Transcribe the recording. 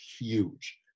huge